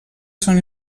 són